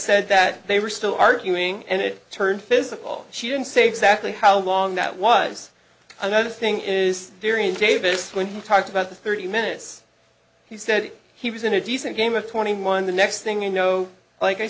said that they were still arguing and it turned physical she didn't say exactly how long that was another thing is theory and davis when he talked about the thirty minutes he said he was in a decent game of twenty one the next thing you know like i